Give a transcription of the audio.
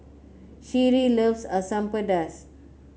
Sheree loves Asam Pedas